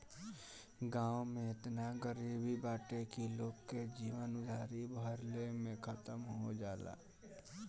गांव में एतना गरीबी बाटे की लोग के जीवन उधारी भरले में खतम हो जाला